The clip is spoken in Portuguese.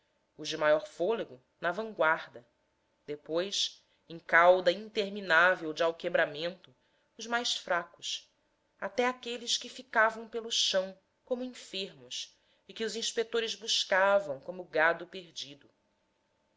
os de maior fôlego na vanguarda depois em cauda interminável de alquebramento os mais fracos até aqueles que ficavam pelo chão como enfermos e que os inspetores buscavam como gado perdido